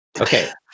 Okay